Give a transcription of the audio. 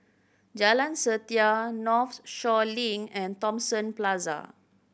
Jalan Setia Northshore Link and Thomson Plaza